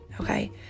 Okay